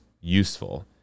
useful